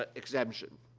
ah exemption.